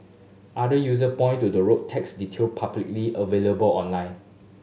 other user point to the road tax detail publicly available online